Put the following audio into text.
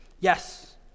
Yes